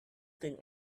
think